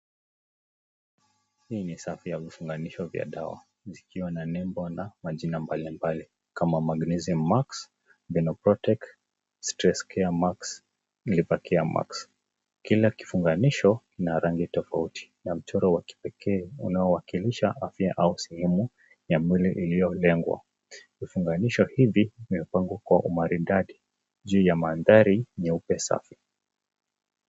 Hii ni safu ya vifunganisho vya dawa zikiwa na nembo na majina mbalimbali kama Magnesium Max, Benoprotect, Stress Care Max, Liver Max. Kila kifunganisho kina rangi tofauti na mchoro wa kipekee unaowakilisha afya au sehemu ya mwili iliyolengwa. Vifunganisho hivi vimepangwa kwa umaridadi juu ya mandhari nyeupe safi.